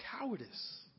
cowardice